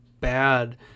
bad